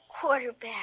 quarterback